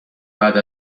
بعد